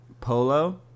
Polo